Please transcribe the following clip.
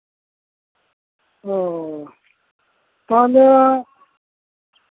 ᱚᱻ ᱛᱟᱦᱚᱞᱮ